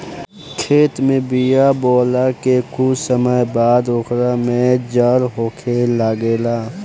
खेत में बिया बोआला के कुछ समय बाद ओकर में जड़ होखे लागेला